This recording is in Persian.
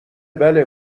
بله